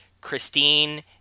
Christine